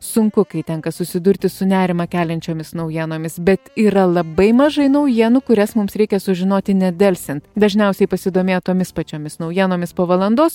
sunku kai tenka susidurti su nerimą keliančiomis naujienomis bet yra labai mažai naujienų kurias mums reikia sužinoti nedelsiant dažniausiai pasidomėję tomis pačiomis naujienomis po valandos